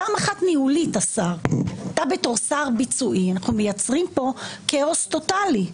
אתה בתור שר ביצועי, אנחנו מייצרים פה כאוס טוטלי.